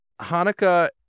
Hanukkah